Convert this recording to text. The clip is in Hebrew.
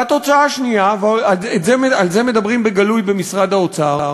והתוצאה השנייה, ועל זה מדברים בגלוי במשרד האוצר,